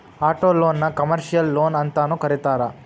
ಆಟೊಲೊನ್ನ ಕಮರ್ಷಿಯಲ್ ಲೊನ್ಅಂತನೂ ಕರೇತಾರ